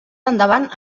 endavant